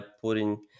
putting